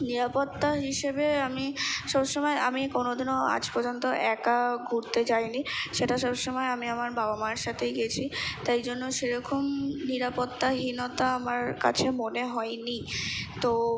নিরাপত্তা হিসেবে আমি সব সমায় আমি কোনো দিনও আজ পর্যন্ত একা ঘুরতে যাই নি সেটা সব সমায় আমি আমার বাবা মার সাথে গেছি তাই জন্য সেরকম নিরাপত্তাহীনতা আমার কাছে মনে হয় নি তো